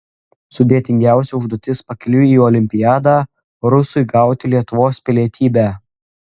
sudėtingiausia užduotis pakeliui į olimpiadą rusui gauti lietuvos pilietybę